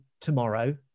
tomorrow